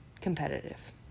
competitive